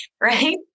right